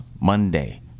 Monday